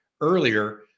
earlier